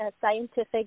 scientific